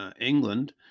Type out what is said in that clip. England